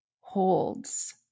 holds